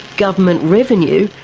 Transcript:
government revenue,